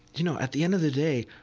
you know, at the end of the day,